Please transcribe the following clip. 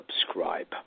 subscribe